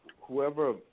whoever